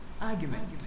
argument